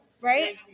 right